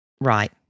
Right